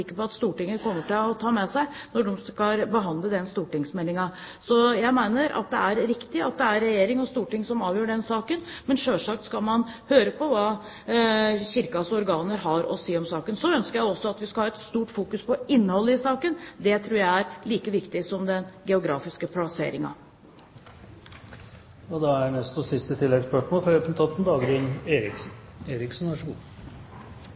på at Stortinget kommer til å ta med seg når de skal behandle stortingsmeldingen. Jeg mener at det er riktig at det er regjering og storting som avgjør den saken, men selvsagt skal man høre på hva Kirkens organer har å si om saken. Så ønsker jeg også at vi skal ha oppmerksomhet på innholdet i saken. Det tror jeg er like viktig som den geografiske plasseringen. Dagrun Eriksen – til oppfølgingsspørsmål. Da